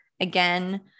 again